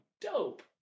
Dope